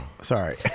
Sorry